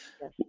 Yes